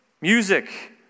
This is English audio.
Music